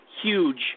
huge